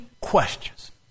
questions